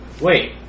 Wait